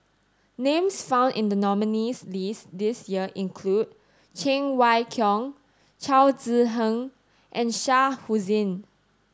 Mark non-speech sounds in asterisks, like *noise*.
names found in the nominees' list this year include Cheng Wai Keung Chao Tzee *unintelligible* and Shah Hussain